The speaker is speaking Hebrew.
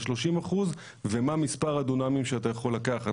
יש 30% ומה היקף הדונמים שאתה יכול לקחת,